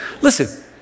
Listen